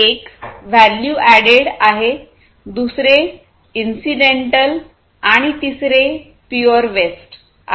एक value added आहे दुसरे इन्सिडेंटअल आणि तिसरे प्युअर वेस्ट आहे